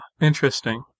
interesting